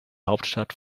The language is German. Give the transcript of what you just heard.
hauptstadt